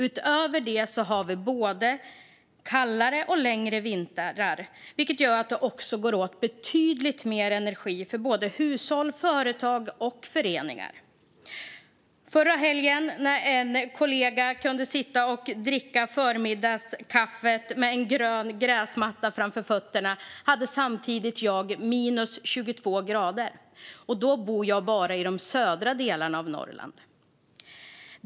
Utöver det har vi både kallare och längre vintrar. Det gör att det går åt betydligt mer energi för såväl hushåll som företag och föreningar. Förra helgen när en kollega kunde sitta och dricka förmiddagskaffet med en grön gräsmatta framför fötterna hade jag samtidigt minus 22 grader. Då bor jag ändå bara i de södra delarna av Norrland.